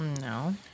No